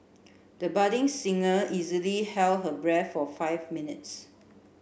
the budding singer easily held her breath for five minutes